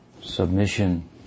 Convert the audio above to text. submission